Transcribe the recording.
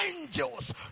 angels